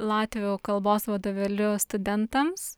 latvių kalbos vadovėliu studentams